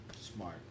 Smart